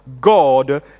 God